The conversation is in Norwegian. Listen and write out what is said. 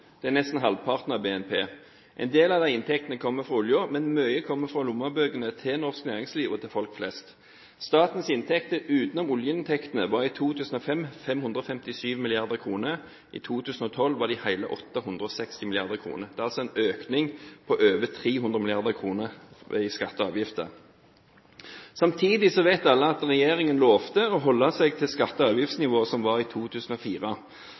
Det er nesten halvparten av BNP. En del av de inntektene kommer fra oljen, men mye kommer fra lommebøkene til norsk næringsliv og til folk flest. Statens inntekter utenom oljeinntektene var 557 mrd. kr i 2005. I 2012 var de hele 860 mrd. kr. Det er altså en økning på over 300 mrd. kr i skatter og avgifter. Samtidig vet alle at regjeringen lovte å holde seg til det skatte- og avgiftsnivået som var i 2004.